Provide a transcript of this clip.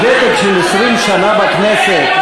עם ותק של 20 שנה בכנסת?